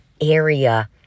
area